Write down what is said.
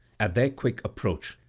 at their quick approach,